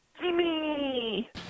Jimmy